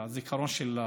ביום הזיכרון השני.